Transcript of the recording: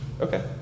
Okay